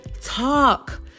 talk